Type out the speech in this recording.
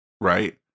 Right